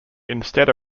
instead